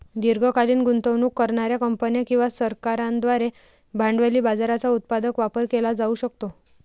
दीर्घकालीन गुंतवणूक करणार्या कंपन्या किंवा सरकारांद्वारे भांडवली बाजाराचा उत्पादक वापर केला जाऊ शकतो